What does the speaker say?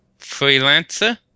Freelancer